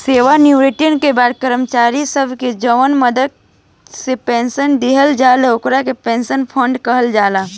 सेवानिवृत्ति के बाद कर्मचारी सब के जवन मदद से पेंशन दिहल जाला ओकरा के पेंशन फंड कहल जाला